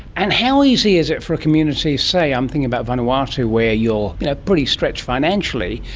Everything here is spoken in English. and how easy is it for a community say, i'm thinking about vanuatu where you're you know pretty stretched financially,